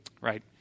Right